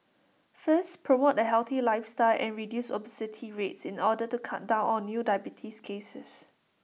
first promote A healthy lifestyle and reduce obesity rates in order to cut down on new diabetes cases